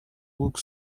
look